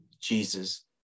Jesus